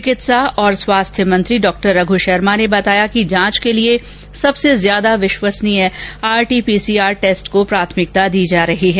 विकित्सा और स्वास्थ्य मंत्री डॉ रघु शर्मा ने बताया कि जांच के लिए सबसे ज्यादा विश्वसनीय आरटीपीसीआर टेस्ट को प्राथमिकता दी जा रही है